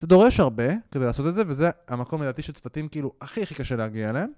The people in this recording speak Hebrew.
זה דורש הרבה כדי לעשות את זה, וזה המקום לדעתי שצוותים כאילו הכי הכי קשה להגיע אליהם